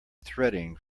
threading